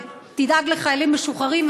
וכך תדאג לחיילים משוחררים.